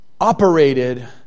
operated